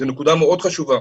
זו נקודה מאוד חשובה.